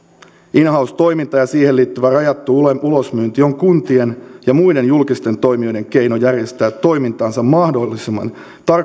in house toiminta ja siihen liittyvä rajattu ulosmyynti on kuntien ja muiden julkisten toimijoiden keino järjestää toimintansa mahdollisimman